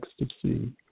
ecstasy